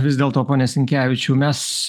vis dėlto pone sinkevičiau mes